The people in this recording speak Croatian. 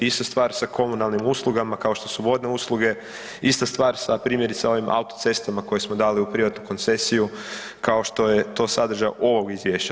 Ista stvar i sa komunalnim uslugama kao što su vodne usluge, ista stvar sa primjerice ovim autocestama koje smo dali u privatnu koncesiju, kao što je to sadržaj ovog izvješća.